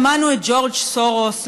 שמענו על ג'ורג' סורוס.